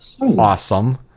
awesome